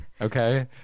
Okay